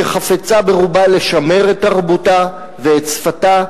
שחפצה ברובה לשמר את תרבותה ואת שפתה,